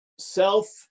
Self